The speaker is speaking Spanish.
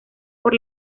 por